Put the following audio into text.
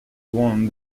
won